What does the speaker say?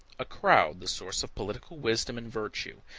a crowd the source of political wisdom and virtue.